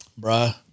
Bruh